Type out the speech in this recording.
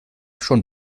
schon